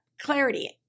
clarity